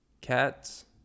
cats